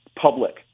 public